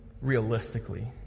realistically